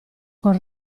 con